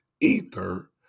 Ether